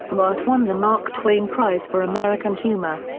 newhart won the mark twain prize for american humor.